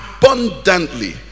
abundantly